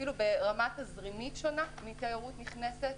אפילו ברמה תזרימית שונה מתיירות נכנסת,